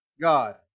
God